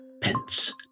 pence